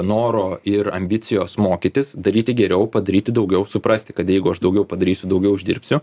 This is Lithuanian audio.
noro ir ambicijos mokytis daryti geriau padaryti daugiau suprasti kad jeigu aš daugiau padarysiu daugiau uždirbsiu